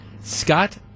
Scott